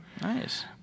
Nice